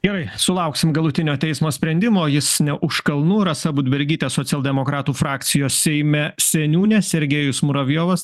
gerai sulauksim galutinio teismo sprendimo jis ne už kalnų rasa budbergytė socialdemokratų frakcijos seime seniūnė sergejus muravjovas